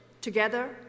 together